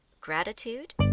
gratitude